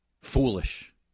foolish